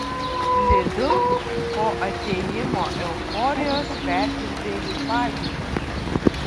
lidl po atėjimo euforijos perdirbėjų pagirios